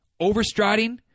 Overstriding